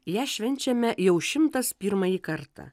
ją švenčiame jau šimtas pirmąjį kartą